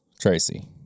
Tracy